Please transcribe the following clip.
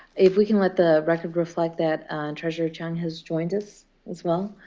if we can let the record reflect that treasurer chiang has joined us as well.